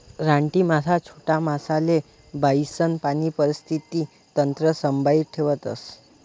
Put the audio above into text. रानटी मासा छोटा मासासले खायीसन पाणी परिस्थिती तंत्र संभाई ठेवतस